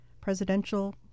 presidential